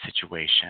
situation